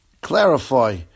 clarify